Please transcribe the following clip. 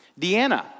Deanna